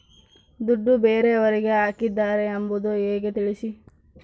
ದುಡ್ಡು ಬೇರೆಯವರಿಗೆ ಹಾಕಿದ್ದಾರೆ ಎಂಬುದು ಹೇಗೆ ತಿಳಿಸಿ?